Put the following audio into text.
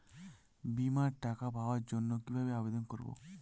বিমার টাকা পাওয়ার জন্য কিভাবে আবেদন করব?